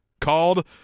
called